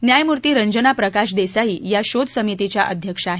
न्यायमूर्ती रंजना प्रकाश देसाई या शोध समितीच्या अध्यक्ष आहेत